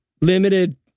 limited